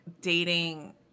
dating